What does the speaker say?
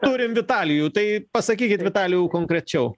turim vitalijų tai pasakykit vitalijau konkrečiau